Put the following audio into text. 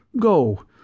go